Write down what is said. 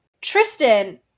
Tristan